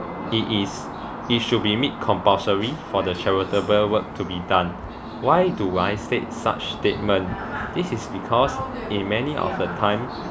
it is it should be made compulsory for the charitable work to be done why do I said such statement this is because in many of the time